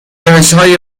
روشهای